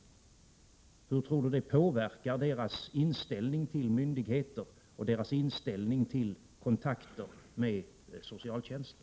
Hur tror Lars-Erik Lövdén att det påverkar deras inställning till myndigheter och deras inställning till kontakter med socialtjänsten?